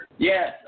Yes